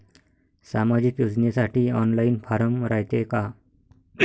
सामाजिक योजनेसाठी online form रायते का?